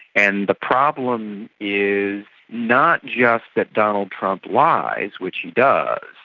and the problem is not just that donald trump lies, which he does,